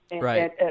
Right